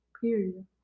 Period